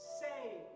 say